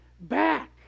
back